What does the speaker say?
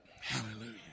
Hallelujah